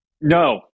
No